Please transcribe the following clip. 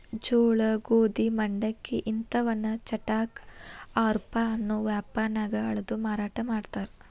ಜೋಳ, ಗೋಧಿ, ಮಂಡಕ್ಕಿ ಇಂತವನ್ನ ಚಟಾಕ, ಆರಪೌ ಅನ್ನೋ ಮಾಪನ್ಯಾಗ ಅಳದು ಮಾರಾಟ ಮಾಡ್ತಾರ